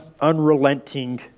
Unrelenting